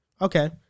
Okay